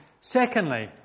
Secondly